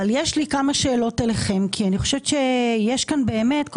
יש לי כמה שאלות אליכם כי אני חושבת שיש כאן כל